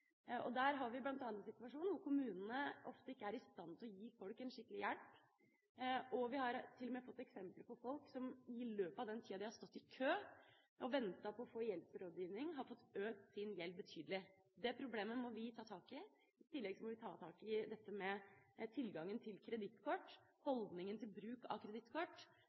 har bl.a. den situasjonen at kommunene ikke er i stand til å gi folk skikkelig hjelp. Vi har til og med fått eksempler på folk som i løpet av den tida de har stått i kø og ventet på å få gjeldsrådgivning, har fått økt sin gjeld betydelig. Det problemet må vi ta tak i. I tillegg må vi ta tak i dette med tilgangen til kredittkort, holdningen til bruk av kredittkort,